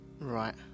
Right